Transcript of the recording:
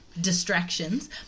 distractions